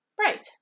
Right